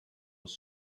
was